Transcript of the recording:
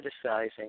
criticizing